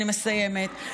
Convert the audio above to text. אני מסיימת,